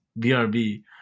brb